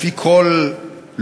לפי כל,